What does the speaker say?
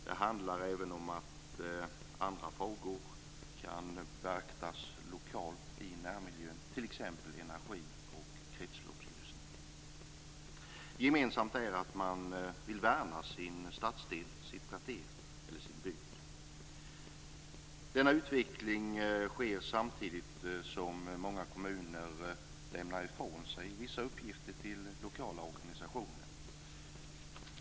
Det handlar även om att andra frågor kan beaktas lokalt i närmiljön, t.ex. energi och kretsloppslösningen. Gemensamt är att man vill värna sin stadsdel, sitt kvarter eller sin bygd. Denna utveckling sker samtidigt som många kommuner lämnar ifrån sig vissa uppgifter till lokala organisationer.